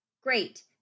Great